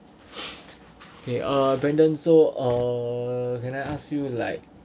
okay uh brandon so uh can I ask you like